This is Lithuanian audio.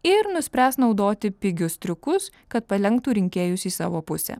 ir nuspręs naudoti pigius triukus kad palenktų rinkėjus į savo pusę